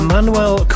Manuel